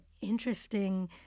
interesting